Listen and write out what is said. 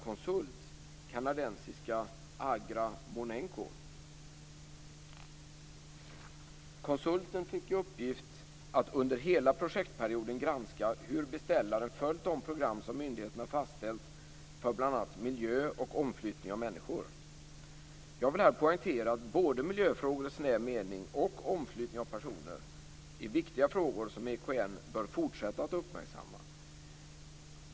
Konsulten fick i uppgift att under hela projektperioden granska hur beställaren följt de program som myndigheterna fastställt för bl.a. miljö och omflyttning av människor. Jag vill här poängtera att både miljöfrågor i snäv mening och omflyttning av personer är viktiga frågor som EKN bör fortsätta att uppmärksamma.